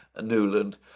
Newland